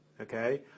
okay